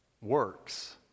works